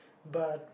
but